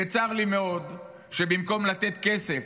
וצר לי מאוד שבמקום לתת כסף